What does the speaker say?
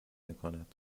میکند